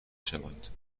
شوند